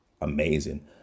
amazing